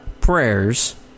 prayers